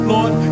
Lord